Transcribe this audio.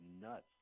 nuts